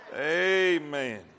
Amen